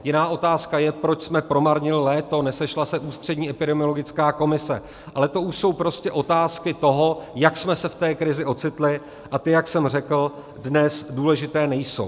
Jiná otázka je, proč jsme promarnili léto, nesešla se ústřední epidemiologická komise, ale to už jsou prostě otázky toho, jak jsme se v té krizi ocitli, a ty, jak jsem řekl, dnes důležité nejsou.